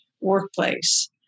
workplace